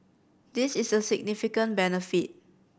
this is a significant benefit